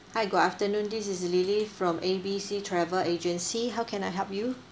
hi good afternoon this is lily from A B C travel agency how can I help you